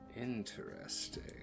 Interesting